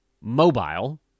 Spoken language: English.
mobile